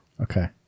Okay